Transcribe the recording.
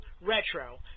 Retro